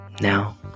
Now